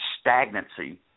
stagnancy